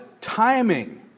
timing